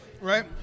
right